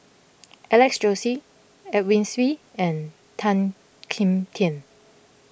Alex Josey Edwin Siew and Tan Kim Tian